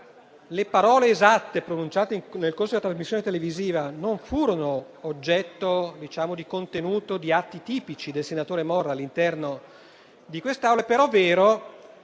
le parole esatte pronunciate nel corso della trasmissione televisiva non furono oggetto di contenuto di atti tipici del senatore Morra all'interno di quest'Aula, è però vero